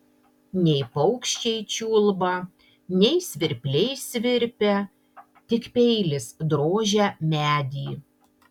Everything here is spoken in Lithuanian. nei paukščiai čiulba nei svirpliai svirpia tik peilis drožia medį